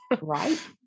Right